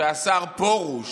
שהשר פרוש